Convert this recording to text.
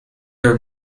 are